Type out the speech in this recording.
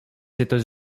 états